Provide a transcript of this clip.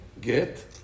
get